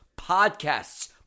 podcasts